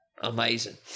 amazing